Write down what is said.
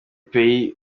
pays